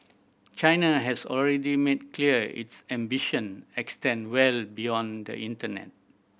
china has already made clear its ambition extend well beyond the internet